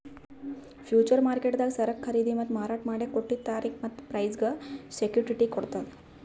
future ಮಾರ್ಕೆಟ್ದಾಗ್ ಸರಕ್ ಖರೀದಿ ಮತ್ತ್ ಮಾರಾಟ್ ಮಾಡಕ್ಕ್ ಕೊಟ್ಟಿದ್ದ್ ತಾರಿಕ್ ಮತ್ತ್ ಪ್ರೈಸ್ಗ್ ಸೆಕ್ಯುಟಿಟಿ ಕೊಡ್ತದ್